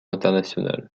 international